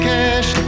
Cash